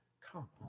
come